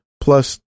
plus